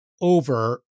over